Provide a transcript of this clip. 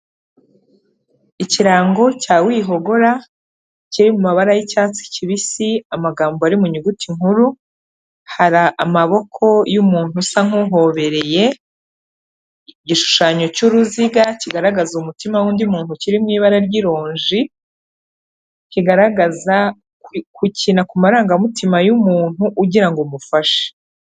Ikirango cya wihogora kiri mu mabara yicyatsi kibisi. Amagambo ari mu nyuguti nkuru. Hari amaboko y'umuntu usa nkuhobereye. Igishushanyo cyuruziga kigaragaza umutima wundi muntu kiri mu ibara ry'ironji, kigaragaza gukina ku marangamutima y'umuntu ugirango umufashe.